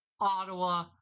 Ottawa